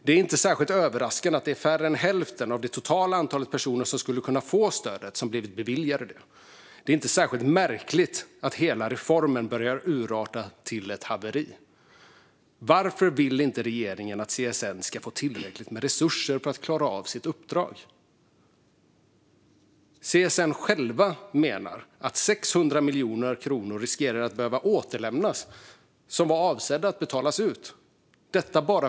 Det är inte särskilt överraskande att färre än hälften av det totala antalet personer som skulle kunna få stödet har beviljats det. Det är inte särskilt märkligt att hela reformen börjar urarta till ett haveri. Varför vill inte regeringen att CSN ska få tillräckligt med resurser för att klara av sitt uppdrag? CSN själva menar att 600 miljoner kronor, som var avsedda att betalas ut, riskerar att behöva återlämnas.